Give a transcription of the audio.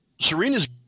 Serena's